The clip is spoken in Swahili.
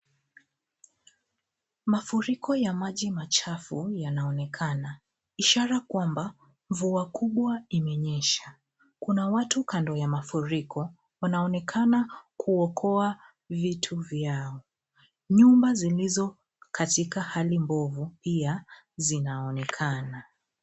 Mafuriko ya maji machafu yanaonekana, ishara kwamba mvua kubwa imenyesha. Kuna watu kando ya mafuriko, wanaonekana kuokoa vitu vyao. Nyumba zilizo katika hali mbovu pia, zinaonekana.